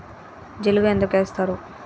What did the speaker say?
జిలుగు ఎందుకు ఏస్తరు?